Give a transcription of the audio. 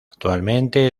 actualmente